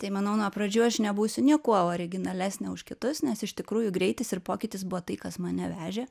tai manau nuo pradžių aš nebūsiu niekuo originalesnė už kitus nes iš tikrųjų greitis ir pokytis buvo tai kas mane vežė